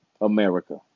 America